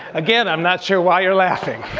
again i'm not sure why you're laughing.